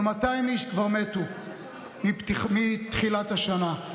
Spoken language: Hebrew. אבל 200 איש כבר מתו מתחילת השנה,